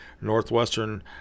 Northwestern